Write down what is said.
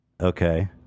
Okay